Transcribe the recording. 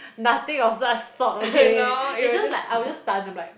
nothing of such sort okay is just like I was just stunned I'm like